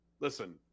listen